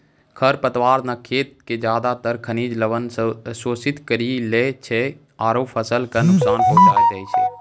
खर पतवार न खेत के ज्यादातर खनिज लवण शोषित करी लै छै आरो फसल कॅ नुकसान पहुँचाय दै छै